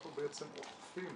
אנחנו בעצם אוכפים